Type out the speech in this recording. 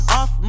off